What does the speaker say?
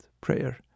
prayer